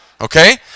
okay